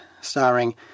starring